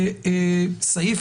בסעיף